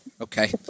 Okay